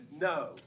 No